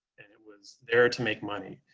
and it was there to make money.